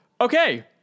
Okay